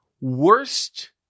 worst